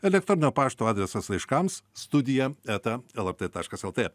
elektroninio pašto adresas laiškams studija eta lrt taškas lt